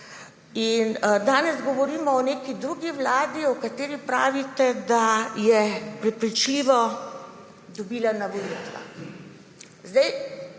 Danes govorimo o neki drugi vladi, o kateri pravite, da je prepričljivo dobila na volitvah.